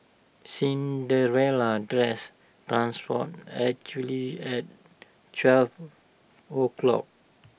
Cinderella's dress transformed actually at twelve o'clock